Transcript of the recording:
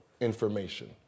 information